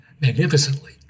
magnificently